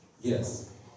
Yes